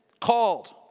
called